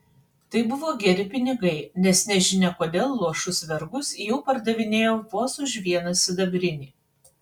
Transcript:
tai buvo geri pinigai nes nežinia kodėl luošus vergus jau pardavinėjo vos už vieną sidabrinį